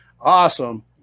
Awesome